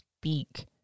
speak